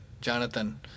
Jonathan